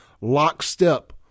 lockstep